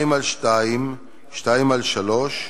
2(2), 2(3),